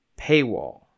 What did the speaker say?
paywall